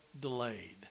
delayed